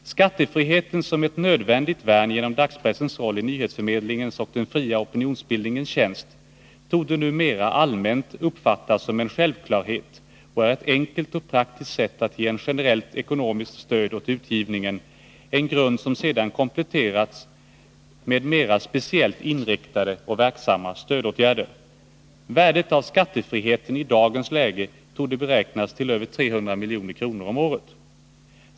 Skattefriheten som ett nödvändigt värn kring dagspressens roll i nyhetsförmedlingens och den fria opinionsbildningens tjänst torde numera allmänt uppfattas som en självklarhet och är ett enkelt och praktiskt sätt att ge ett generellt ekonomiskt stöd åt utgivningen, en grund som sedan kompletterats med mera speciellt inriktade och verksamma stödåtgärder. Värdet av skattefriheten i dagens läge torde kunna beräknas till över 300 milj.kr. om året.